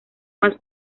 más